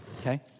Okay